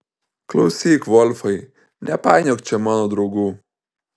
klausyk volfai nepainiok čia mano draugų